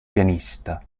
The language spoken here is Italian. pianista